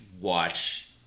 watch